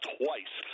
twice